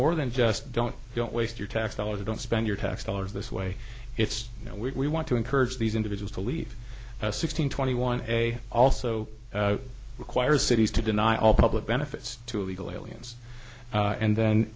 more than just don't don't waste your tax dollars don't spend your tax dollars this way it's you know we want to encourage these individuals to leave a sixteen twenty one a also requires cities to deny all public benefits to illegal aliens and then